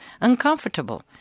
uncomfortable